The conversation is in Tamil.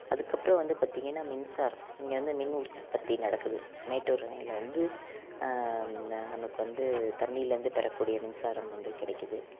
அதுக்கப்றம் வந்து பார்த்திங்கன்னா மின்சாரம் இங்கே வந்து மின் உற்பத்தி நடக்குது மேட்டூர் அணையில் வந்து ந நமக்கு வந்து தண்ணிலேருந்து பெறக்கூடிய மின்சாரம் வந்து கிடைக்கிது